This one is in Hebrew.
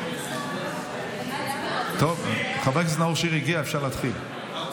הגיע, אפשר להתחיל.